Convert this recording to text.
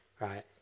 right